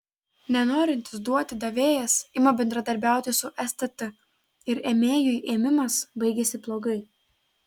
nenorintis duoti davėjas ima bendradarbiauti su stt ir ėmėjui ėmimas baigiasi blogai